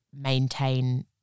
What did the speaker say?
maintain